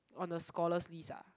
on the scholar's list ah